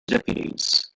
deputies